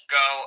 go